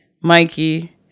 Mikey